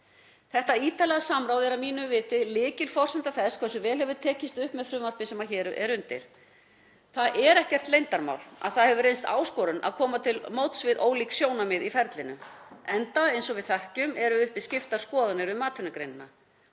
Þetta ítarlega samráð er að mínu viti lykilforsenda þess hversu vel hefur tekist upp með frumvarpið sem hér er undir. Það er ekkert leyndarmál að það hefur reynst áskorun að koma til móts við ólík sjónarmið í ferlinu enda, eins og við þekkjum, eru uppi skiptar skoðanir um atvinnugreinina.